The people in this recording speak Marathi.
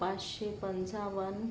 पाचशे पंचावन्न